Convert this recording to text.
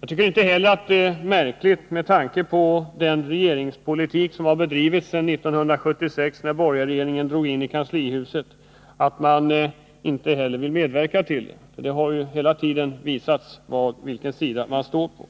Jag tycker inte heller att det är märkligt — med tanke på den regeringspolitik som bedrivits sedan 1976 när en borgerlig regering drog in i kanslihuset — att man inte vill medverka till detta. Regeringen har hela tiden visat vilken sida den står på.